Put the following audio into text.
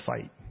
fight